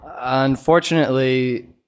Unfortunately